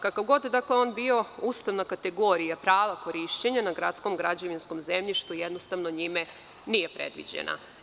Kakav god on bio, ustavna kategorija prava korišćenja na gradskom građevinskom zemljištu jednostavno njime nije predviđena.